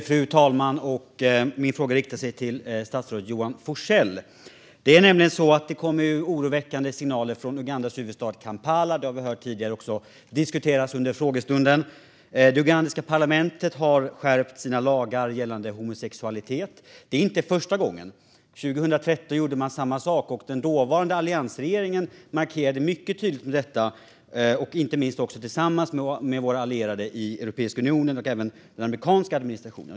Fru talman! Min fråga riktar sig till statsrådet Johan Forssell. Det kommer oroväckande signaler från Ugandas huvudstad Kampala. Det har vi också tidigare hört diskuteras under frågestunden. Det ugandiska parlamentet har skärpt sina lagar gällande homosexualitet. Det är inte första gången. År 2013 gjorde man samma sak. Den dåvarande alliansregeringen markerade mycket tydligt mot detta tillsammans med våra allierade i Europeiska unionen och även den amerikanska administrationen.